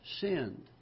sinned